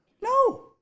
No